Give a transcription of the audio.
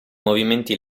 movimenti